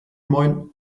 moin